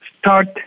Start